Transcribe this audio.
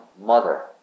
Mother